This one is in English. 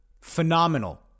phenomenal